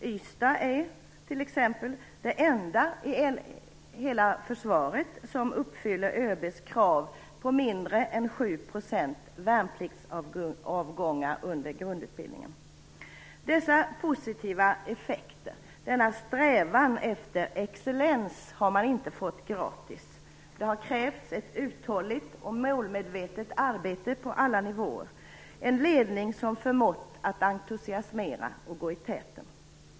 Ystad är t.ex. den enda luftvärnskår i hela försvaret som uppfyller ÖB:s krav på mindre än 7 % värnpliktsavgångar under grundutbildningen. Dessa positiva effekter, denna strävan efter excellens, har man inte fått gratis. Det har krävts ett uthålligt och målmedvetet arbete på alla nivåer och en ledning som förmått att entusiasmera och gå i täten.